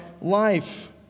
life